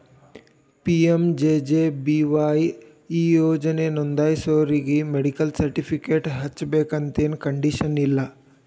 PMJJBY ಈ ಯೋಜನಾ ನೋಂದಾಸೋರಿಗಿ ಮೆಡಿಕಲ್ ಸರ್ಟಿಫಿಕೇಟ್ ಹಚ್ಚಬೇಕಂತೆನ್ ಕಂಡೇಶನ್ ಇಲ್ಲ